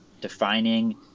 Defining